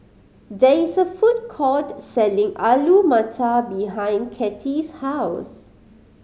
there is a food court selling Alu Matar behind Cathy's house